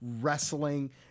wrestling